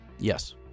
yes